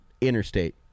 interstate